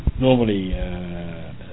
normally